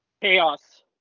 chaos